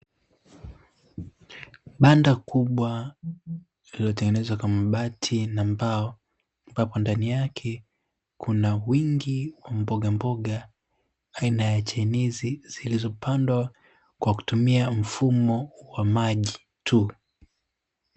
Banda kubwa lililotengenezwa kwa mabati na mbao, ambapo ndani yake kuna wingi wa mbogamboga aina ya chainizi, zilizopandwa kwa kutumia mfumo wa maji tu.